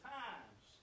times